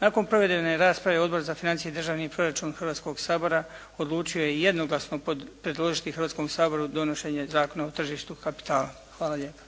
Nakon provedene rasprave Odbor za financije i državni proračun Hrvatskog sabora odlučio je jednoglasno predložiti Hrvatskom saboru donošenje zakona o tržištu kapitala. Hvala lijepa.